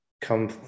come